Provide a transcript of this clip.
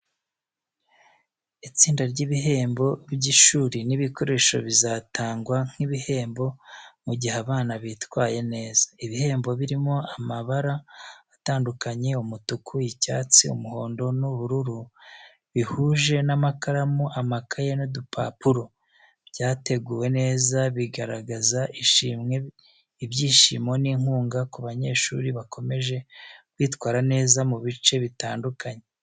Itsinda ry'ibihembo by’ishuri n’ibikoresho bizatangwa nk’ibihembo mu gihe abana bitwaye neza. Ibihembo birimo amabara atandukanye umutuku, icyatsi, umuhondo n’ubururu, bihuje n’amakaramu, amakaye n’udupapuro. Byateguwe neza, bigaragaza ishimwe, ibyishimo n’inkunga ku banyeshuri bakomeje kwitwara neza mu bice bitandukanye.